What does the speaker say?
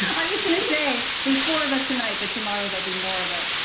i was going to say there's four of us tonight, but tomorrow there'll be more of us.